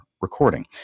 recording